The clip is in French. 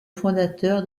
fondateur